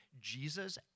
Jesus